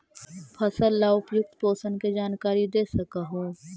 फसल ला उपयुक्त पोषण के जानकारी दे सक हु?